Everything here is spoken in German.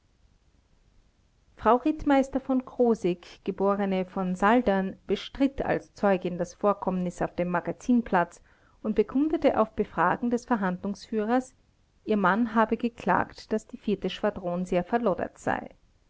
frau rittmeister v krosigk geb v saldern bestritt als zeugin das vorkommnis auf dem magazinplatz und bekundete auf befragen des verhandlungsführers ihr mann habe geklagt daß die schwadron sehr verloddert sei